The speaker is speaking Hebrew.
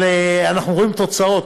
אבל אנחנו רואים תוצאות.